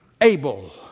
Abel